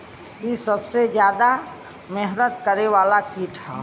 इ सबसे ढेर मेहनत करे वाला कीट हौ